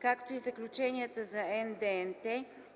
както и заключенията за НДНТ